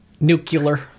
nuclear